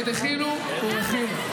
מה עם תנועות הנוער?